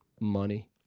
money